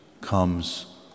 comes